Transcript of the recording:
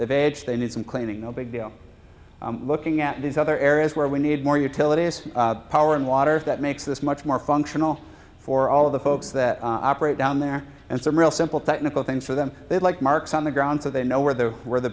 edge they need some cleaning no big deal looking at these other areas where we need more utilities power and water that makes this much more functional for all of the folks that operate down there and some real simple technical things for them like marks on the ground so they know where they're where the